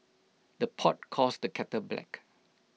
the pot calls the kettle black